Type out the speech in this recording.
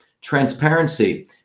Transparency